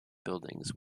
buildings